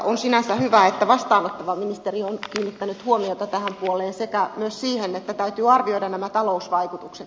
on sinänsä hyvä että vastaanottava ministeri on kiinnittänyt huomiota tähän puoleen sekä myös siihen että täytyy arvioida nämä talousvaikutukset